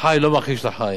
החי לא מכחיש את החי.